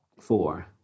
four